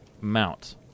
mount